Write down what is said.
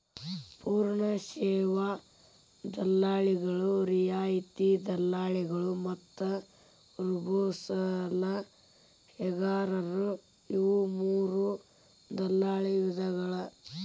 ಪೂರ್ಣ ಸೇವಾ ದಲ್ಲಾಳಿಗಳು, ರಿಯಾಯಿತಿ ದಲ್ಲಾಳಿಗಳು ಮತ್ತ ರೋಬೋಸಲಹೆಗಾರರು ಇವು ಮೂರೂ ದಲ್ಲಾಳಿ ವಿಧಗಳ